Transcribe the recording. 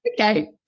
okay